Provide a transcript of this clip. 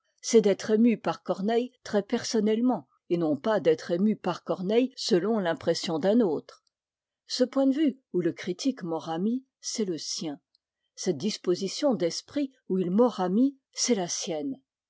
c'est d'être ému par corneille très personnellement et non pas d'être ému par corneille selon l'impression d'un autre ce point de vue où le critique m'aura mis c'est le sien cette disposition d'esprit où il m'aura mis c'est la sienne